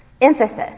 emphasis